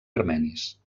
armenis